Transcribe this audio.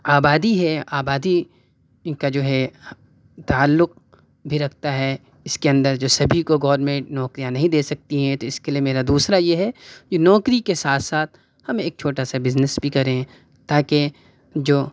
آبادی ہے آبادی کا جو ہے تعلق بھی رکھتا ہے اس کے اندر جو سبھی کو گورنمنٹ نوکریاں نہیں دے سکتی ہیں تو اس کے لیے میرا دوسرا یہ ہے کہ نوکری کے ساتھ ساتھ ہم ایک چھوٹا سا بزنس بھی کریں تاکہ جو